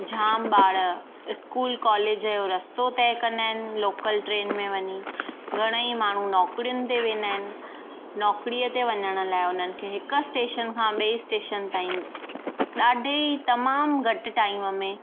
जाम ॿार school college जो रस्तो तय कंदा आहिनि लोकल ट्रेन में वञी घणेई माण्हू नौकरियुनि ते वेंदा आहिनि नौकरीअ ते वञण लाइ हुननि खे हिकु स्टेशन खां ॿिए स्टेशन ताईं ॾाढे ई तमामु घटि टाइम में